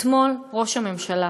אתמול ראש הממשלה,